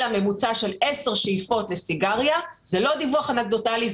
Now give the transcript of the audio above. הממוצע של 10 שאיפות לסיגריה זה לא דיווח אנקדוטלי,